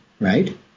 right